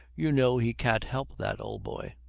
you know he can't help that, old boy.